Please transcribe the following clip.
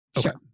Sure